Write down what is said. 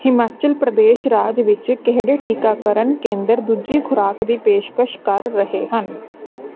ਹਿਮਾਚਲ ਪ੍ਰਦੇਸ਼ ਰਾਜ ਵਿੱਚ ਕਿਹੜੇ ਟੀਕਾਕਰਨ ਕੇਂਦਰ ਦੂਜੀ ਖੁਰਾਕ ਦੀ ਪੇਸ਼ਕਸ਼ ਕਰ ਰਹੇ ਹਨ